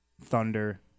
Thunder